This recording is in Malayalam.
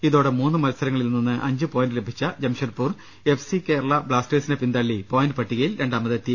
ഇതോടെ മൂന്നു മത്സരങ്ങളിൽ നിന്ന് അഞ്ചുപോയിന്റ് ലഭിച്ച Jamshedpur F C Kerala ബ്ലാസ്റ്റേഴ്സിനെ പിന്തള്ളി പോയന്റ് പട്ടികയിൽ രണ്ടാമ തെത്തി